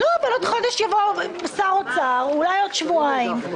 עוד חודש יבוא שר אוצר, אולי עוד שבועיים.